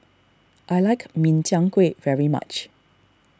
I like Min Chiang Kueh very much